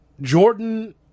Jordan